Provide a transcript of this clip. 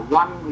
one